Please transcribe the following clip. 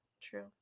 true